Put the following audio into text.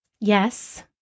Yes